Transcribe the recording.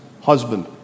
husband